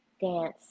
Dance